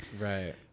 Right